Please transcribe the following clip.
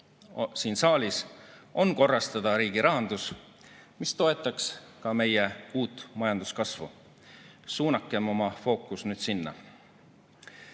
siin saalis on korrastada riigi rahandus, mis toetaks ka meie uut majanduskasvu. Suunakem oma fookus nüüd sinna.